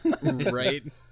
right